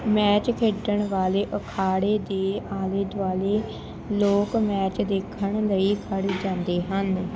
match ਖੇਡਣ ਵਾਲੇ ਅਖਾੜੇ ਦੇ ਆਲੇ ਦੁਆਲੇ ਲੋਕ ਮੈਚ ਦੇਖਣ ਲਈ ਖੜ੍ਹ ਜਾਂਦੇ ਹਨ